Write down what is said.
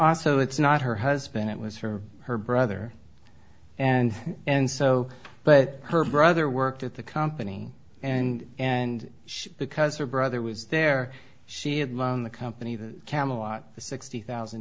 also it's not her husband it was her her brother and and so but her brother worked at the company and and she because her brother was there she had none the company of camelot the sixty thousand